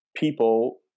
people